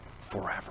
forever